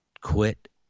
quit